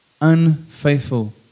unfaithful